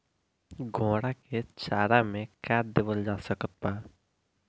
घोड़ा के चारा मे का देवल जा सकत बा?